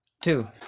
two